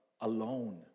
alone